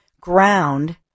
ground